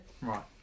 Right